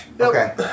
Okay